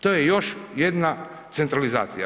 To je još jedna centralizacija.